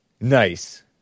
Nice